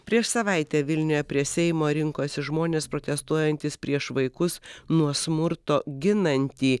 prieš savaitę vilniuje prie seimo rinkosi žmonės protestuojantys prieš vaikus nuo smurto ginantį